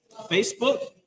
facebook